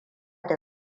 da